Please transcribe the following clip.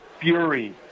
fury